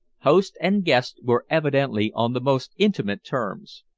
host and guest were evidently on the most intimate terms.